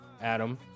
Adam